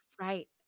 Right